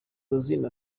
rwasine